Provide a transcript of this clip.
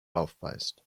aufweist